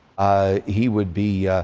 he would be